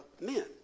Men